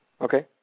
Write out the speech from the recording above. Okay